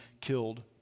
killed